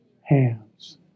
hands